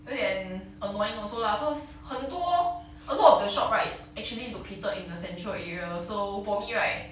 有点 annoying also lah cause 很多 a lot of the shop right it's actually located in the central area so for me right